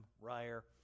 Ryer